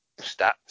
stats